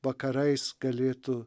vakarais galėtų